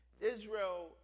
Israel